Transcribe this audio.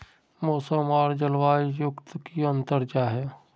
मौसम आर जलवायु युत की अंतर जाहा?